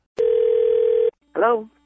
Hello